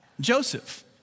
Joseph